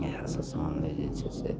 इएह समान जे छै से